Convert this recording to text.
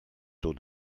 taux